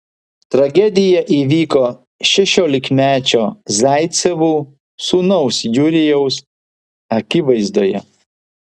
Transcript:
tragedija įvyko šešiolikmečio zaicevų sūnaus jurijaus akivaizdoje